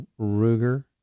Ruger